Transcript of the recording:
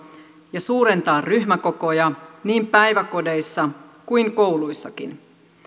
ja suurentaa ryhmäkokoja niin päiväkodeissa kuin kouluissakin